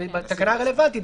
לתקנה הרלוונטית.